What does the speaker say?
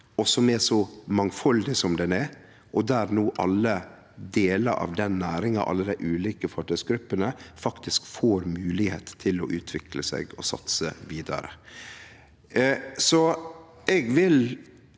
og som er så mangfaldig som ho er – og der no alle delar av næringa og alle dei ulike fartøysgruppene faktisk får moglegheit til å utvikle seg og satse vidare. Eg vil